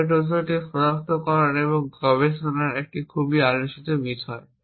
hardware trojan সনাক্তকরণ গবেষণার একটি খুব আলোচিত বিষয়